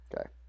Okay